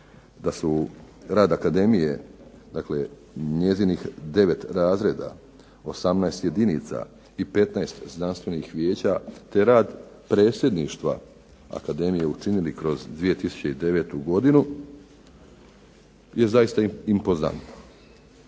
da su rad akademije, dakle njezinih 9 razreda, 18 jedinica i 15 znanstvenih vijeća, te rad Predsjedništva Akademije učinili kroz 2009. godinu je zaista impozantno.